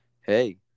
Hey